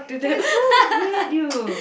that's so bad you